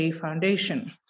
Foundation